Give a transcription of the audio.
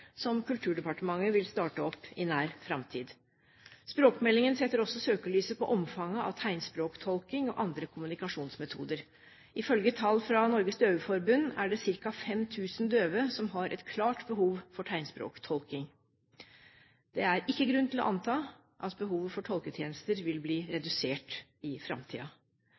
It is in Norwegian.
som Kulturdepartementet vil starte opp i nær framtid. Språkmeldingen setter også søkelyset på omfanget av tegnspråktolking og andre kommunikasjonsmetoder. Ifølge tall fra Norges Døveforbund er det ca. 5 000 døve som har et klart behov for tegnspråktolking. Det er ikke grunn til å anta at behovet for tolketjenester vil bli redusert i